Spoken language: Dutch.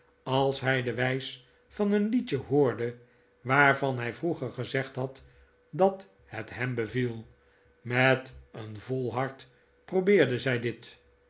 als hij de wijs van een liedje hoorde waarvan hij vroeger gezegd had dat het hem beviel met een vol hart probeerde zij dit